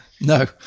No